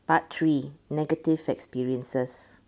part three negative experiences